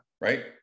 Right